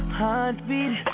heartbeat